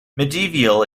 mediaeval